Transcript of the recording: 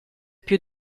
più